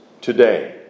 today